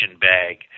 bag